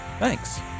Thanks